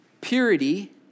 Purity